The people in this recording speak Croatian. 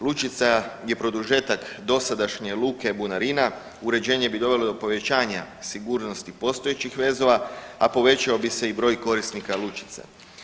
Lučica je produžetak dosadašnje luke Bunarina, uređenje bi dovelo do povećanja sigurnosti postojećih vezova, a povećao bi se i broj korisnika lučica.